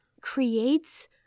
creates